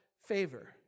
favor